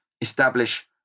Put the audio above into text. establish